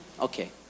okay